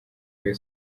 rayon